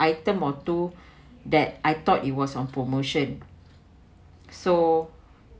item onto that I thought it was on promotion so